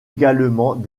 également